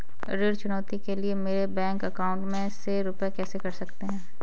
ऋण चुकौती के लिए मेरे बैंक अकाउंट में से रुपए कैसे कट सकते हैं?